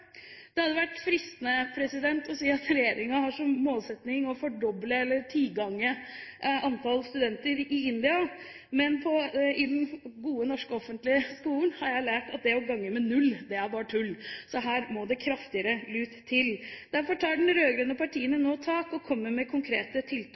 Det hadde vært fristende å si at regjeringen har som målsetting å fordoble – eller å tigange – antall studenter i India, men i den gode norske offentlige skolen har jeg lært at det å gange med null er bare tull. Her trengs det kraftigere lut til. Derfor tar de rød-grønne partiene nå tak og kommer med konkrete tiltak.